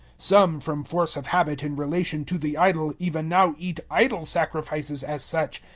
some, from force of habit in relation to the idol, even now eat idol sacrifices as such,